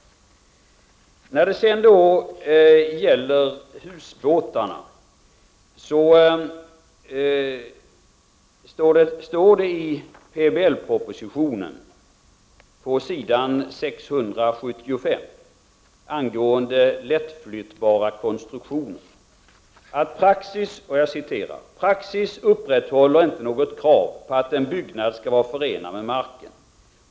När det sedan gäller husbåtarna vill jag framhålla att det i PBL-propositionen på s. 675 står angående lättflyttbara konstruktioner: ”Praxis upprätthåller inte något krav på att en byggnad skall vara förenad med marken.